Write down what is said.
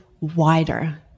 wider